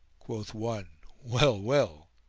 quoth one, well! well!